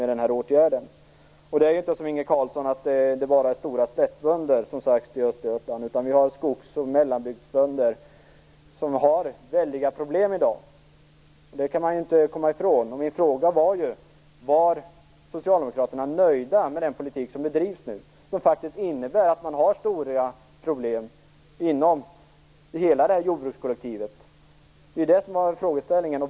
Det är inte så som Inge Carlsson säger att vi bara har stora slättbönder i Östergötland, utan vi har skogs och mellanbygdsbönder som har väldiga problem i dag. Det kan man inte komma ifrån. Min fråga är: Är Socialdemokraterna nöjda med den politik som nu bedrivs och som faktiskt innebär att man har stora problem inom hela jordbrukskollektivet?